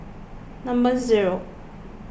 number zero